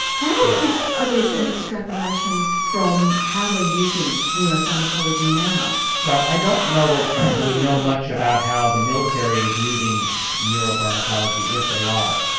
how is this ah an extrapolation from how we're using neuropharmacology now? well i don't know that we know much about how the military is using neuropharmacology, if they are,